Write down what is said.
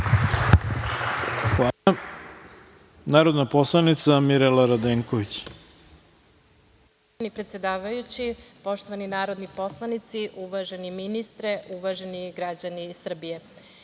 Hvala. Narodna poslanica Mirela Radenković.